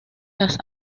las